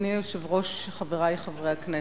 אדוני היושב-ראש, חברי חברי הכנסת,